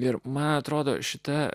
ir man atrodo šita